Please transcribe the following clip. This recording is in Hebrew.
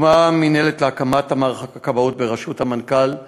הוקמה מינהלת להקמת מערך הכבאות בראשות מנכ"ל המשרד,